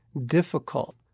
difficult